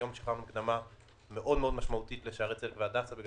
היום הועברה מקדמה משמעותית מאוד לשערי צדק ולהדסה בגלל